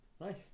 Nice